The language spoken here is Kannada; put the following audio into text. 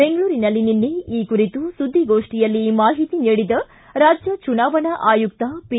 ಬೆಂಗಳೂರಿನಲ್ಲಿ ನಿನ್ನೆ ಈ ಕುರಿತು ಸುದ್ದಿಗೋಷ್ಠಿಯಲ್ಲಿ ಮಾಹಿತಿ ನೀಡಿದ ರಾಜ್ಜ ಚುನಾವಣಾ ಆಯುಕ್ತ ಪಿ